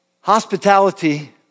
hospitality